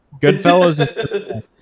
Goodfellas